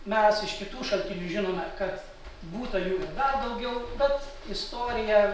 mes iš kitų šaltinių žinome kad būta jų net dar daugiau bet istorija